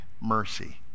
mercy